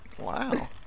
Wow